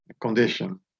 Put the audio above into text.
condition